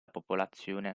popolazione